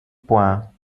points